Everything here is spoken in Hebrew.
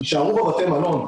יישארו בבתי המלון?